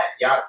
y'all